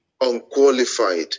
unqualified